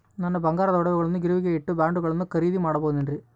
ನನ್ನ ಬಂಗಾರದ ಒಡವೆಗಳನ್ನ ಗಿರಿವಿಗೆ ಇಟ್ಟು ಬಾಂಡುಗಳನ್ನ ಖರೇದಿ ಮಾಡಬಹುದೇನ್ರಿ?